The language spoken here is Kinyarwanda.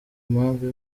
impamvu